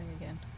again